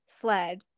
sled